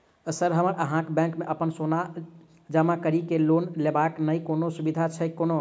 Sir हमरा अहाँक bank मे अप्पन सोना जमा करि केँ लोन लेबाक अई कोनो सुविधा छैय कोनो?